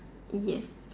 yes